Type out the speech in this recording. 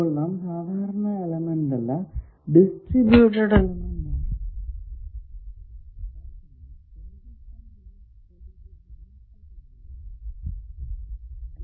നാം സാധാരണ എലമെന്റ് അല്ല ഡിസ്ട്രിബ്യുട്ടഡ് എലമെന്റ് ആണ് ഉപയോഗിക്കുക